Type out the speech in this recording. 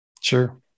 Sure